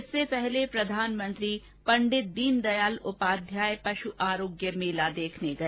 इससे पहले प्रधानमंत्री पंडित दीन दयाल उपाध्याय पशु आरोग्य मेला देखने गए